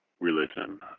religion